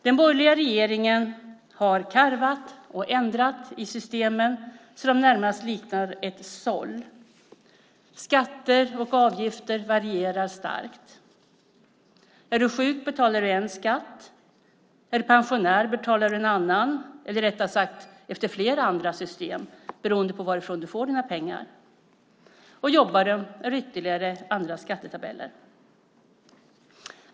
Den borgerliga regeringen har karvat och ändrat i systemen så att de närmast liknar ett såll. Skatter och avgifter varierar starkt. Är du sjuk betalar du en skatt. Är du pensionär betalar du efter ett annat system - rättare sagt efter flera andra system beroende på varifrån du får dina pengar. Jobbar du är det ytterligare andra skattetabeller.